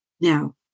Now